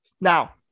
now